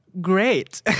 Great